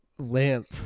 Lamp